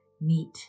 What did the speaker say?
meet